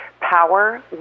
power